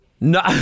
No